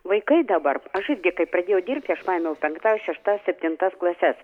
vaikai dabar aš irgi kai pradėjau dirbti aš paėmiau penktas šeštas septintas klases